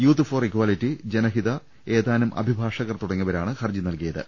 youth for equality ജനഹിത ഏതാനും അഭിഭാഷകർ തുടങ്ങിയവരാണ് ഹർജി നൽകിയത്